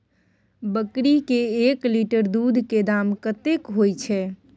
बकरी के एक लीटर दूध के दाम कतेक होय छै?